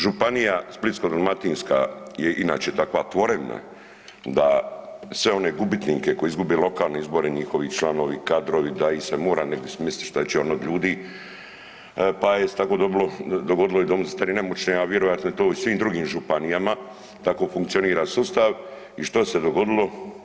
Županija Splitsko-dalmatinska je inače takva tvorevina da sve one gubitnike koji izgube lokalne izbore, njihovi članovi, kadrovi, da ih se mora negdi smistit, šta će oni od ljudi, pa je se tako dobilo, dogodilo i domu za stare i nemoćne, a vjerojatno je to i u svim drugim županijama, tako funkcionira sustav i što se dogodilo?